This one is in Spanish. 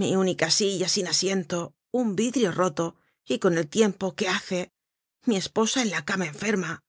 mi única silla sin asiento un vidrio roto y con el tiempo que hace mi esposa en la cama enferma